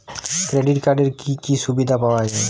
Credit কার্ডের কি কি সুবিধা পাওয়া যায়?